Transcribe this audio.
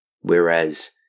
Whereas